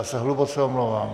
Já se hluboce omlouvám.